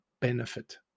benefit